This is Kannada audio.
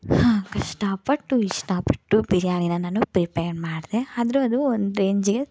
ಹಾ ಕಷ್ಟಪಟ್ಟು ಇಷ್ಟಪಟ್ಟು ಬಿರಿಯಾನಿನ ನಾನು ಪ್ರಿಪೇರ್ ಮಾಡಿದೆ ಆದ್ರೂ ಅದು ಒಂದು ರೇಂಜಿಗೆ